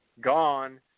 gone